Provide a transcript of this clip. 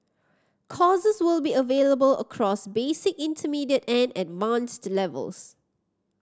courses will be available across basic intermediate and advanced levels